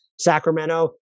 Sacramento